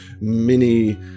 mini